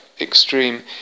extreme